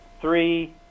three